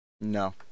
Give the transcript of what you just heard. No